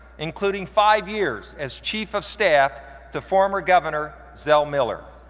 including five years as chief of staff to former governor zell miller.